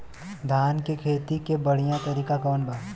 धान के खेती के बढ़ियां तरीका कवन बा?